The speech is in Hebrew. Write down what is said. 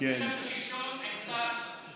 ישבנו אתמול, ישבנו שלשום עם שר הרווחה.